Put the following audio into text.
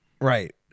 Right